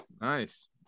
Nice